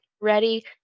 ready